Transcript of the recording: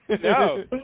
No